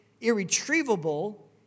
irretrievable